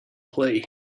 play